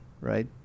right